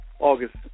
August